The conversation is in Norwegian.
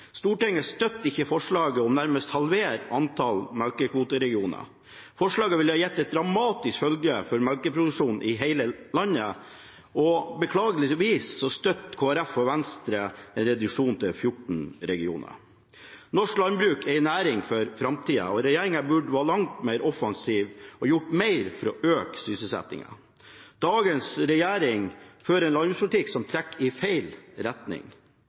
Stortinget støtter ikke forslaget om nærmest å halvere antallet melkekvoteregioner. Forslaget ville gitt dramatiske følger for melkeproduksjonen i hele landet. Beklageligvis støtter Kristelig Folkeparti og Venstre en reduksjon til 14 regioner. Norsk landbruk er en næring for framtida, og regjeringen burde vært langt mer offensiv og gjort mer for å øke sysselsettingen. Dagens regjering fører en landbrukspolitikk som trekker i feil retning,